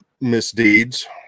misdeeds